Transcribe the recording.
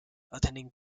attending